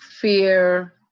fear